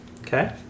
Okay